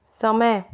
समय